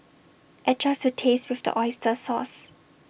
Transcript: adjust to taste with the Oyster sauce